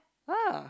ha